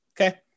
Okay